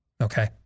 Okay